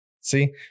See